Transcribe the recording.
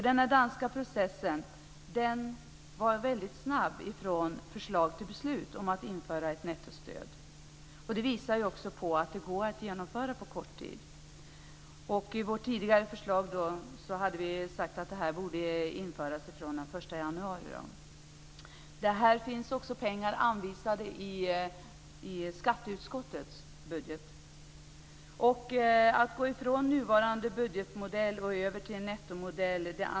Den danska processen var snabb från förslag till beslut om att införa ett nettostöd. Det visar på att det går att genomföra på kort tid. I vårt tidigare förslag hade vi sagt att det borde införas den 1 januari. Det finns också pengar anvisade i skatteutskottets budget. Det finns många skäl att gå ifrån nuvarande bruttomodell över till en nettomodell.